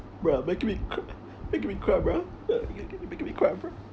bro making me cry making me cry bro uh you're making me cry bro